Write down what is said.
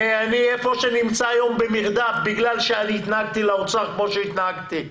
ואני נמצא היום במרדף בגלל שאני התנהגתי לאוצר כמו שהתנהגתי.